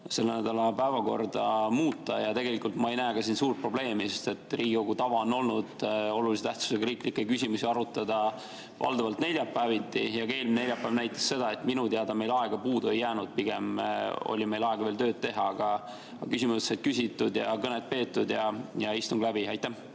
selle nädala päevakorda muuta. Ja tegelikult ma ei näe siin suurt probleemi, sest Riigikogu tava on olnud olulise tähtsusega riiklikke küsimusi arutada valdavalt neljapäeviti. Ka eelmine neljapäev näitas seda, et minu teada meil aega puudu ei jäänud, pigem oli meil aega veel tööd teha, aga küsimused said küsitud ja kõned peetud ning istung läbi. Aitäh,